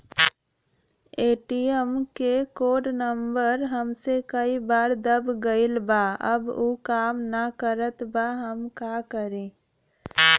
ATM क code number हमसे कई बार दब गईल बा अब उ काम ना करत बा हम का करी?